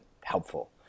helpful